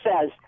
says